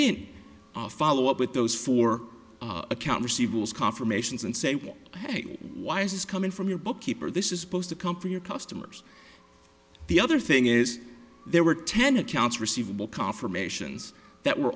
didn't follow up with those four account receivables confirmations and say wow ok why is this coming from your bookkeeper this is supposed to come for your customers the other thing is there were ten accounts receivable confirmations that were